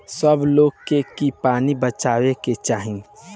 सब लोग के की पानी बचावे के चाही